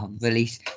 release